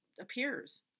appears